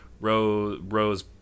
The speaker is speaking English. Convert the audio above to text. Rose